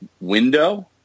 window